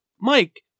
Mike